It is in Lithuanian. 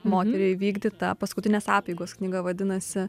moteriai įvykdytą paskutinės apeigos knyga vadinasi